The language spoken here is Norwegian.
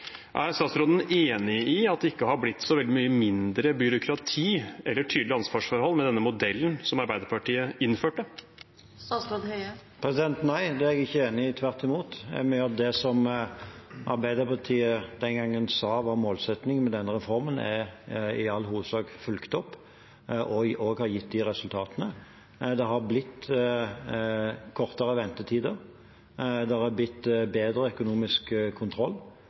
Er statsråden enig i at det ikke har blitt så veldig mye mindre byråkrati eller tydelige ansvarsforhold med den modellen som Arbeiderpartiet innførte? Nei, det er jeg ikke enig i – tvert imot. Vi gjør det som Arbeiderpartiet den gang sa var målsettingen med denne reformen, og det er i all hovedsak fulgt opp og har også gitt resultater. Det har blitt kortere ventetider. Det har blitt bedre økonomisk kontroll.